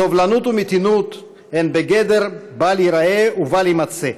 סובלנות ומתינות הן בגדר בל ייראה ובל יימצא,